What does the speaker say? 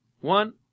one